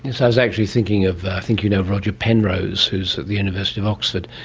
yes, i was actually thinking of, i think you know roger penrose who is at the university of oxford,